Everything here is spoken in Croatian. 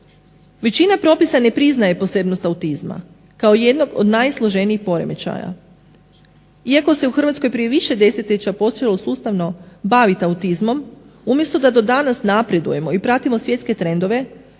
Većina propisa ne priznaj posebnost autizma kao jednog od najsloženijih poremećaja. Iako se u Hrvatskoj počelo prije više desetljeća počelo sustavno baviti autizmom umjesto da do danas napredujemo i pratimo svjetske trendove